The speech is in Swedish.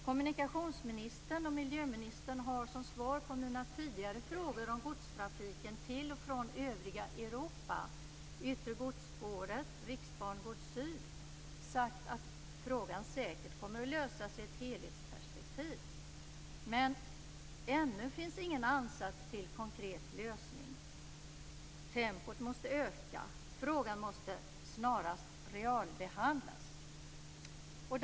Kommunikationsministern och miljöministern har som svar på mina tidigare frågor om godstrafiken till och från övriga Europa - yttre godsspåret och Riksbangård syd - sagt att frågan säkert kommer att lösas i ett helhetsperspektiv. Men ännu finns det ingen ansats till konkret lösning. Tempot måste öka. Frågan måste snarast realbehandlas.